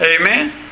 Amen